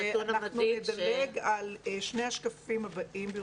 תסתכל על הנתון המדאיג של